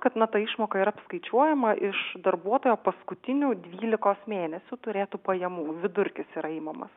kad na ta išmoka yra apskaičiuojama iš darbuotojo paskutinių dvylikos mėnesių turėtų pajamų vidurkis yra imamas